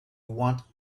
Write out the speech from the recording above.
want